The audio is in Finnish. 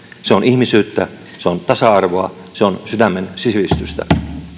se on ihmisyyttä se on tasa arvoa se on sydämen sivistystä